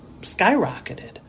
skyrocketed